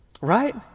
Right